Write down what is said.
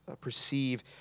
perceive